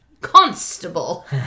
Constable